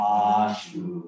ashu